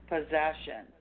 Possession